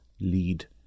lead